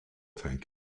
tank